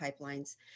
pipelines